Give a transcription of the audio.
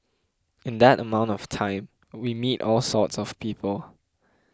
in that amount of time we meet all sorts of people